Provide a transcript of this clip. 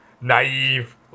naive